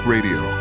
Radio